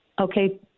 Okay